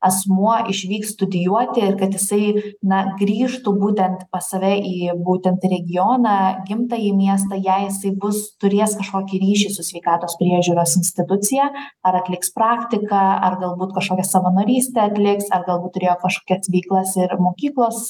asmuo išvyks studijuoti ir kad jisai na grįžtu būtent pas save į būtent regioną gimtąjį miestą jei esi bus turės kažkokį ryšį su sveikatos priežiūros institucija ar atliks praktiką ar galbūt kažkokią savanorystę atliks ar galbūt turėjo kažkokias veiklas ir mokyklos laiku